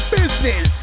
business